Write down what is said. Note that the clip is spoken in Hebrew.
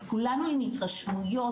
כי כולנו עם התרשמויות,